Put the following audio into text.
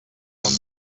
along